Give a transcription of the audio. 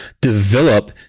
develop